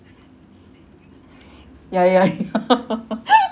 ya ya ya